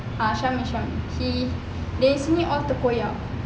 ah syami syami dari sini all terkoyak